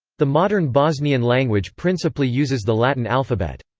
the modern bosnian language principally uses the latin alphabet.